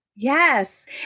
Yes